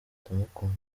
ndamukunda